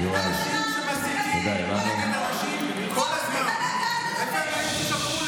כשמזמינים אדם שנושא שלטים "שמאלנים